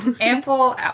Ample